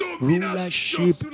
rulership